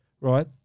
right